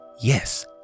Yes